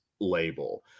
label